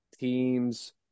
Teams